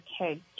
kids